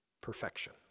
perfection